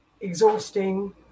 exhausting